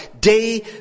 day